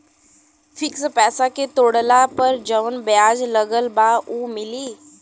Fix पैसा के तोड़ला पर जवन ब्याज लगल बा उ मिली?